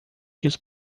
tiros